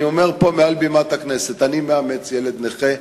אני אומר פה מעל בימת הכנסת: אני מאמץ ילד רעב,